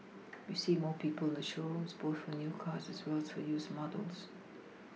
we see more people in the showrooms both for new cars as well as for used models